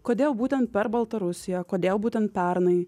kodėl būtent per baltarusiją kodėl būtent pernai